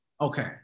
Okay